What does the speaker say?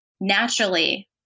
Naturally